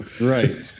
right